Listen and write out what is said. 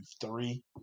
three